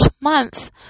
month